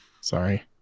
sorry